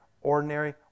ordinary